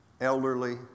elderly